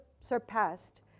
surpassed